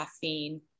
caffeine